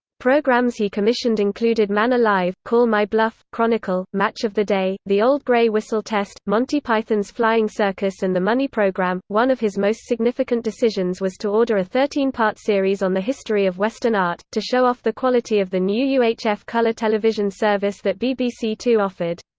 programmes he commissioned included man alive, call my bluff, chronicle, match of the day, the old grey whistle test, monty python's flying circus and the money programme one of his most significant decisions was to order a thirteen part series on the history of western art, to show off the quality of the new uhf colour television service that bbc two offered.